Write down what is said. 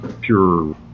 pure